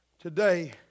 Today